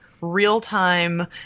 real-time